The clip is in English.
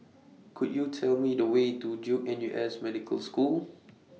Could YOU Tell Me The Way to Duke N U S Medical School